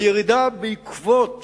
הירידה בעקבות